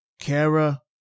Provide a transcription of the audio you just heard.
Kara